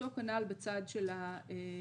אותו כנ"ל בצד של המגייסים,